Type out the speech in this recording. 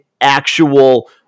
actual